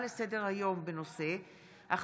לסדר-היום של חברי הכנסת מיכל וולדיגר וסמי אבו